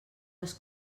les